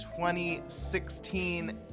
2016